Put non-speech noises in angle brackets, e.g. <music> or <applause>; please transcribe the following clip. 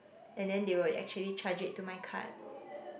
and then they will actually charge it to my card <breath>